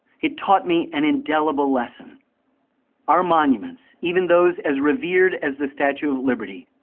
it taught me an indelible lesson our monuments, even those as revered as the statue of liberty,